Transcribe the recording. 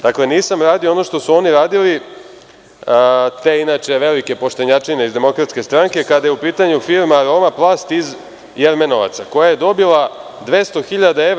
Dakle, nisam radio ono što su oni radili, te inače velike poštenjačine iz DS, kada je u pitanju firma „Aroma plast“ iz Jermenovaca, koja je dobila 200 hiljada evra…